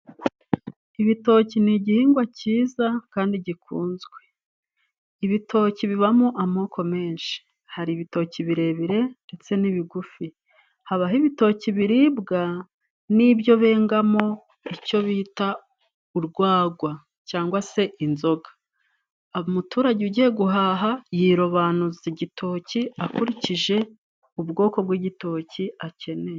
Ibitoki ni igihingwa cyiza kandi gikunzwe. Ibitoki bibamo amoko menshi, hari ibitoki birebire ndetse n'ibigufi, habaho ibitoki biribwa n'ibyo bengamo icyo bita "urwagwa" cyangwa se inzoga. Umuturage ugiye guhaha yirobanuza igitoki akurikije ubwoko bw'igitoki akeneye.